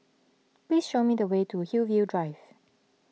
please show me the way to Hillview Drive